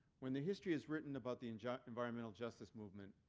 when the history is written about the and ah environmental justice movement,